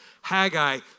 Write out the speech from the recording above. Haggai